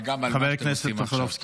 -- וגם על מה שאתם עושים עכשיו.